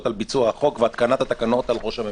לביצוע החוק והתקנת התקנות לראש הממשלה.